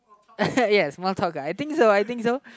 yes small talk ah I think so I think so